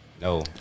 No